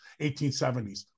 1870s